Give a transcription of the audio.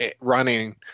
running